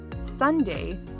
Sunday